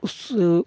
ᱩᱥᱩᱞ